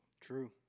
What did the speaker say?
True